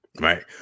right